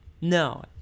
No